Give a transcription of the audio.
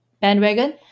bandwagon